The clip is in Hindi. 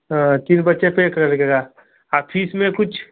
हाँ तीन बच्चे पर एक लड़के का हाँ फीस में कुछ